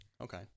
Okay